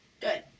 Good